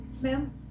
Ma'am